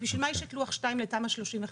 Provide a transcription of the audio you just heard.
אז בשביל מה יש את לוח2 לתמ"א 35?